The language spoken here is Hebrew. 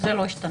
זה לא השתנה.